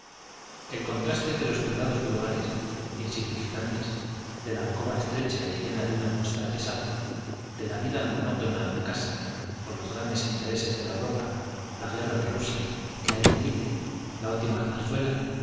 el contraste de los cuidados vulgares insignificantes de la alcoba estrecha y llena de una atmósfera pesada de la vida monótona de casa con los grandes intereses de la europa la guerra de rusia el aire libre la última zarzuela